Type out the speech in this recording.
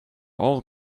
all